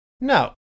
No